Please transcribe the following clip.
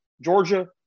Georgia